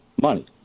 money